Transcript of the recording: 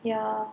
ya